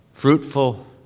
Fruitful